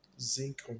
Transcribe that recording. zinc